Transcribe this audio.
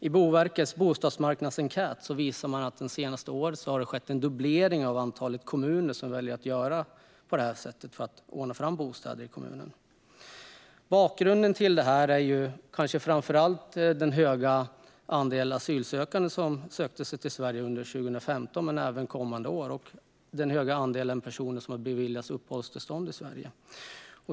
I Boverkets bostadsmarknadsenkät visar man att det de senaste åren har skett en dubblering av antalet kommuner som väljer att göra på det här sättet för att ordna fram bostäder i kommunen. Bakgrunden till det här är kanske framför allt det stora antal asylsökande som sökte sig till Sverige under 2015 men även kommande år och det stora antal personer som beviljats uppehållstillstånd i Sverige.